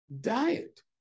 diet